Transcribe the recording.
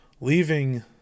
leaving